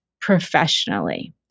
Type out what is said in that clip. professionally